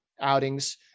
outings